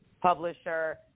publisher